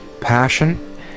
passion